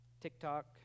TikTok